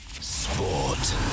Sport